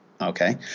okay